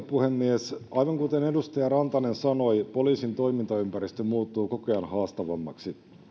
puhemies aivan kuten edustaja rantanen sanoi poliisin toimintaympäristö muuttuu koko ajan haastavammaksi